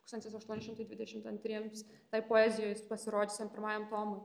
tūkstantis aštuoni šimtai dvidešim antriems tai poezijus pasirodiusiam pirmajam tomui